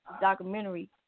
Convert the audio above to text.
documentary